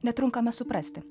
netrunkame suprasti